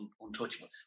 untouchable